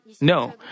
No